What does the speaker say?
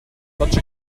such